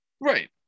Right